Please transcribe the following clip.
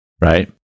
right